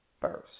first